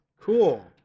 Cool